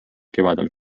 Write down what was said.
kevadel